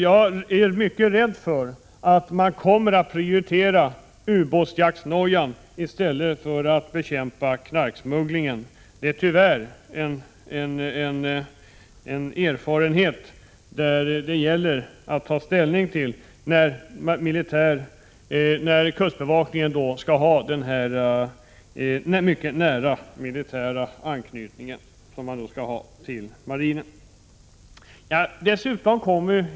Jag är mycket rädd för att man kommer att prioritera ubåtsjaktsnojan i stället för att bekämpa Prot. 1986/87:133 knarksmugglingen. Det är tyvärr en omständighet som det gäller att ta 1 juni 1987 ställning till vid bedömningen av om kustbevakningen skall ha den föreslagna mycket nära militära anknytningen till marinen.